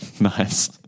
nice